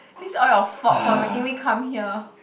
this all your fault for making me come here